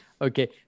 okay